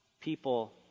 people